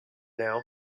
now